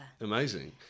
Amazing